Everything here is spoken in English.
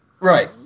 Right